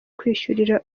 kwishyurira